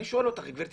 אני שואל אותך, גברתי.